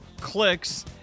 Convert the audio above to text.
clicks